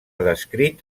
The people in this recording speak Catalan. descrit